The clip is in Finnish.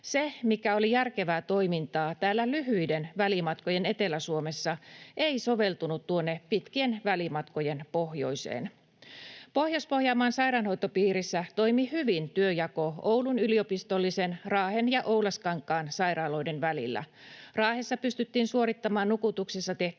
Se, mikä oli järkevää toimintaa täällä lyhyiden välimatkojen Etelä-Suomessa, ei soveltunut tuonne pitkien välimatkojen pohjoiseen. Pohjois-Pohjanmaan sairaanhoitopiirissä toimi hyvin työnjako Oulun yliopistollisen, Raahen ja Oulaskankaan sairaaloiden välillä. Raahessa pystyttiin suorittamaan nukutuksessa tehtäviä